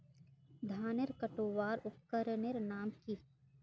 धानेर कटवार उपकरनेर नाम की?